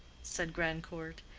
said grandcourt,